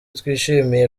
twishimiye